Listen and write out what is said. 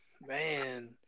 Man